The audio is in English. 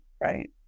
right